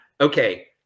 okay